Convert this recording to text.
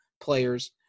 players